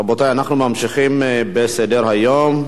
רבותי, אנחנו ממשיכים בסדר-היום: